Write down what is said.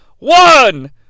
One